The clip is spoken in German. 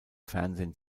fernsehen